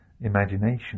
imagination